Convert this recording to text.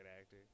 actor